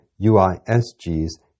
UISG's